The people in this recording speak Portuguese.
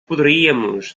poderíamos